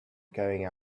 going